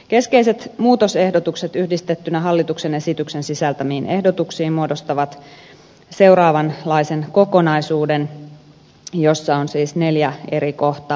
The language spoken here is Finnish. keskeiset muutosehdotukset yhdistettyinä hallituksen esityksen sisältämiin ehdotuksiin muodostavat seuraavanlaisen kokonaisuuden jossa on siis neljä eri kohtaa